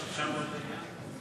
היושבת-ראש, אפשר עוד בעניין הזה?